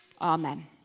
Amen